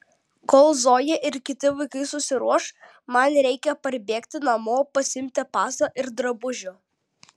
kol zoja ir kiti vaikai susiruoš man reikia parbėgti namo pasiimti pasą ir drabužių